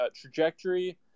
trajectory